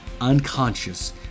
unconscious